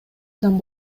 адам